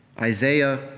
Isaiah